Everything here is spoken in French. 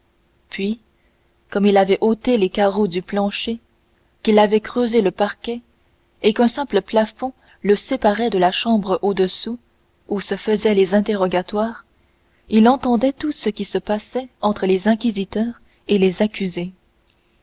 puis comme il avait ôté les carreaux du plancher qu'il avait creusé le parquet et qu'un simple plafond le séparait de la chambre au-dessous où se faisaient les interrogatoires il entendait tout ce qui se passait entre les inquisiteurs et les accusés